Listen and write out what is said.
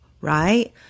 right